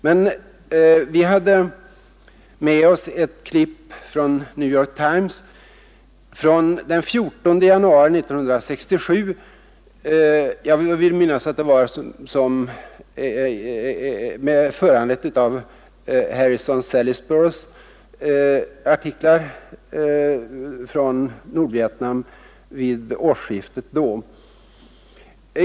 Men vi hade med oss ett klipp från New York Times från den 14 januari 1967 — jag vill minnas att det var föranlett av Harrison Salisburys artiklar från Nordvietnam vid årsskiftet då.